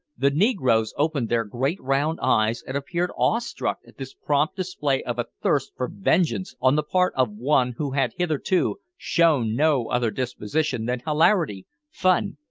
the negroes opened their great round eyes, and appeared awe-struck at this prompt display of a thirst for vengeance on the part of one who had hitherto shown no other disposition than hilarity, fun,